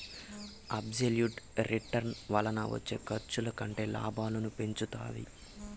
absolute return వలన వచ్చే ఖర్చుల కంటే లాభాలను పెంచుతాది